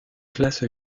classe